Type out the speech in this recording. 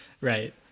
Right